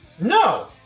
No